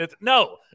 No